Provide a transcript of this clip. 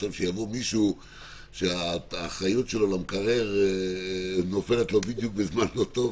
שיבוא מישהו שהאחריות שלו למקרר נופלת לו בדיוק בזמן לא טוב,